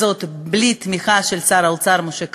בלי תמיכה של שר האוצר משה כחלון,